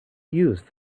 used